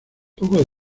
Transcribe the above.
poco